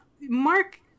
Mark